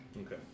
Okay